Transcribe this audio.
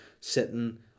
sitting